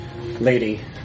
lady